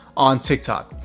on tik tok.